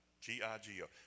G-I-G-O